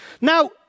Now